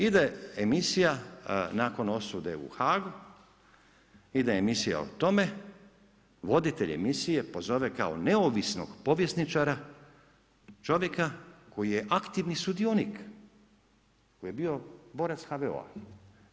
Ide emisija nakon osude u Hagu, ide emisija o tome voditelj emisije pozove kao neovisnog povjesničara čovjeka koji je aktivni sudionik, koji je bio borac HVO-a.